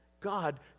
God